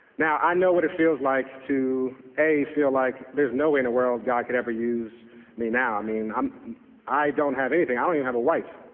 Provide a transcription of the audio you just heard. now i know what it feels like to a feel like there's no way in the world god could ever use me now. i mean um i don't have anything i don't even have a wife.